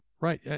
Right